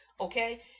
okay